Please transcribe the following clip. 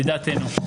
לדעתנו,